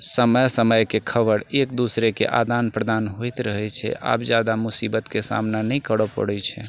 समय समयके खबर एक दूसरेके आदान प्रदान होइत रहैत छै आब जादा मुसीबतके सामना नहि करऽ पड़ैत छै